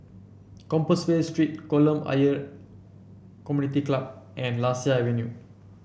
Compassvale Street Kolam Ayer Community Club and Lasia Avenue